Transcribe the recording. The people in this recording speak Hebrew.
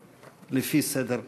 ולפי סדר הדוברים.